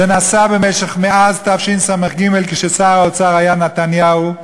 זה נעשה מאז תשס"ג, כששר האוצר היה נתניהו,